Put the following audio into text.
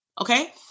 okay